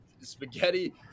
Spaghetti